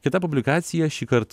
kita publikacija šįkart